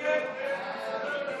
ההצעה להעביר